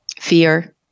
fear